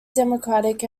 democratic